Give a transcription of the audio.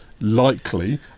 likely